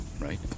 Right